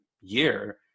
year